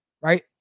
Right